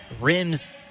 rims